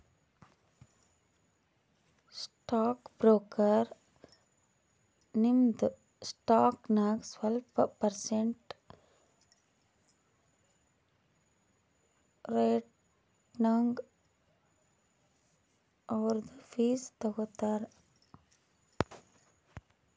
stock broker ನಿಮ್ದು stock ನಾಗ್ ಸ್ವಲ್ಪ ಪರ್ಸೆಂಟ್ ರೇಟ್ನಾಗ್ ಅವ್ರದು ಫೀಸ್ ತಗೋತಾರ